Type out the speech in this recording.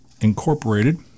Incorporated